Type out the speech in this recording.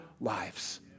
lives